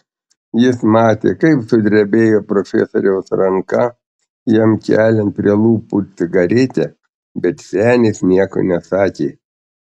jis matė kaip sudrebėjo profesoriaus ranka jam keliant prie lūpų cigaretę bet senis nieko nesakė